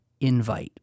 invite